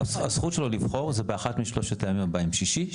הזכות שלו לבחור בין שלושת הימים הבאים שישי,